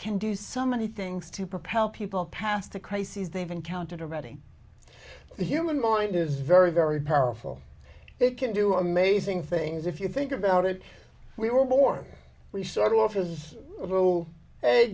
can do so many things to propel people past the crises they've encountered already the human mind is very very powerful it can do amazing things if you think about it we were born we started off as a little